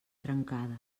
trencada